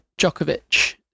Djokovic